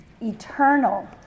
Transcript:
eternal